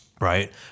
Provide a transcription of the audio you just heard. right